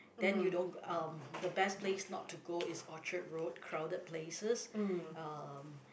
then you don't um the best place not to go is Orchard-Road crowded places uh